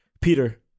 Peter